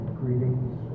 greetings